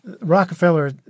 Rockefeller